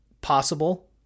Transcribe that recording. Possible